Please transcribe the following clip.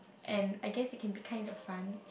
and I guess it can be kind of fun